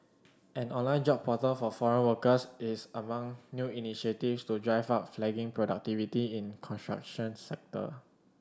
an online job portal for foreign workers is among new initiatives to drive up flagging productivity in construction sector